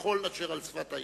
כחול אשר על שפת הים.